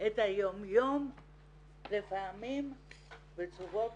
את היום-יום לפעמים בצורות